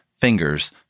fingers